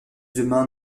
demain